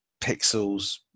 pixels